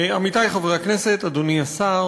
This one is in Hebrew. תודה לך, עמיתי חברי הכנסת, אדוני השר,